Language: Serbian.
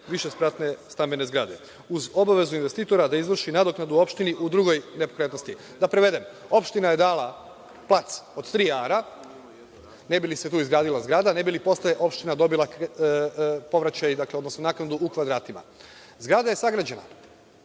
višespratne stambene zgrade, uz obavezu investitora da izvrši nadoknadu opštini u drugoj nepokretnosti. Da prevedem, opština je dala plac od tri ara, ne bi li se tu izgradila zgrada, ne bi li posle opština dobila povraćaj, odnosno naknadu u kvadratima. Zgrada je sagrađena,